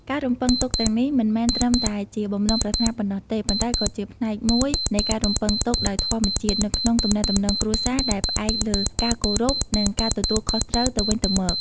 ការរំពឹងទុកទាំងនេះមិនមែនត្រឹមតែជាបំណងប្រាថ្នាប៉ុណ្ណោះទេ ប៉ុន្តែក៏ជាផ្នែកមួយនៃការរំពឹងទុកដោយធម្មជាតិនៅក្នុងទំនាក់ទំនងគ្រួសារដែលផ្អែកលើការគោរព និងការទទួលខុសត្រូវទៅវិញទៅមក។